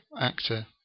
actor